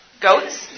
Goats